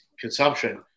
consumption